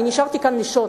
אני נשארתי כאן לישון,